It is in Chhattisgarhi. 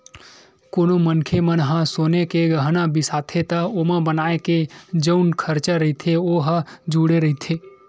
कोनो मनखे मन ह सोना के गहना बिसाथे त ओमा बनाए के जउन खरचा रहिथे ओ ह जुड़े रहिथे